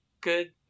good